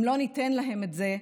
אם לא ניתן להם את זה,